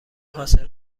حاصل